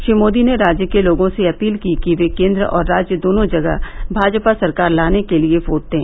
श्री मोदी ने राज्य के लोगो से अपील की कि वे केन्द्र और राज्य दोनों जगह भाजपा सरकार लाने के लिए बोट दें